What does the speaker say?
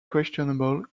questionable